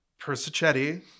Persichetti